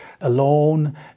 alone